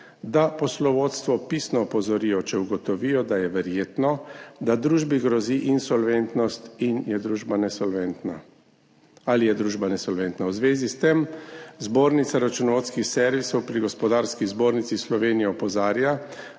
da poslovodstvo pisno opozorijo, če ugotovijo, da je verjetno, da družbi grozi insolventnost ali je družba nesolventna. V zvezi s tem Zbornica računovodskih servisov pri Gospodarski zbornici Slovenije opozarja,